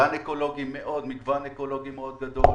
גן אקולוגי עם מגוון אקולוגי גדול מאוד,